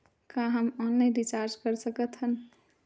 का हम online recharge कर सकत हन?